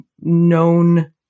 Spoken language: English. known